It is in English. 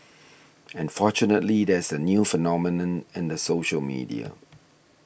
and fortunately there is a new phenomenon in the social media